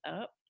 up